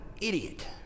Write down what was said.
idiot